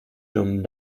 dumm